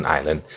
Island